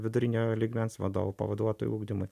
vidurinio lygmens vadovų pavaduotojų ugdymui